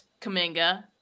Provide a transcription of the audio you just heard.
Kaminga